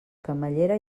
camallera